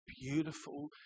beautiful